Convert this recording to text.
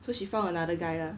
so she found another guy lah